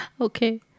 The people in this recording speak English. Okay